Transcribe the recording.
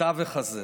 בתווך הזה